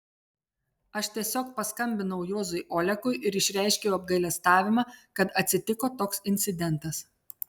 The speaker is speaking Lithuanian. aš tiesiog paskambinau juozui olekui ir išreiškiau apgailestavimą kad atsitiko toks incidentas